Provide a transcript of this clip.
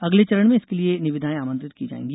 अगले चरण में इसके लिए निविदाएं आमंत्रित की जाएगी